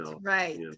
right